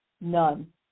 none